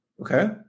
Okay